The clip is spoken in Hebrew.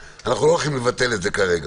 אנחנו לא הולכים לבטל את זה כרגע.